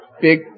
Big